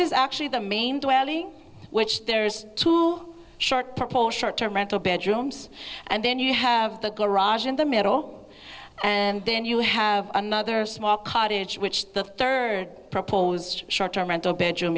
is actually the main dwelling which there's two short term rental bedrooms and then you have the garage in the middle and then you have another small cottage which the third proposed short term rental bedroom